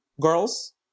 girls